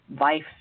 life